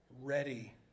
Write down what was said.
ready